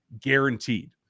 guaranteed